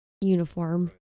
uniform